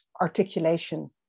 articulation